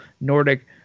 Nordic